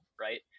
right